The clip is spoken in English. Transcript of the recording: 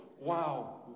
Wow